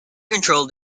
controlled